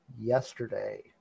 yesterday